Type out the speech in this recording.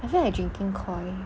I feel like drinking KOI